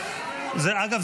אגב,